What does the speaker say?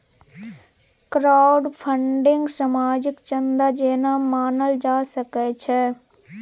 crowdfunding सामाजिक चन्दा जेना मानल जा सकै छै